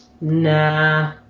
nah